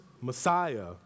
Messiah